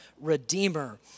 redeemer